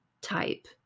type